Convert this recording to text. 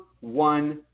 one